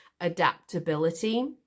adaptability